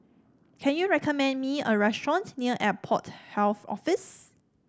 can you recommend me a restaurant near Airport Health Office